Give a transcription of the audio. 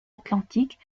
atlantiques